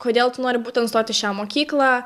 kodėl tu nori būtent stot į šią mokyklą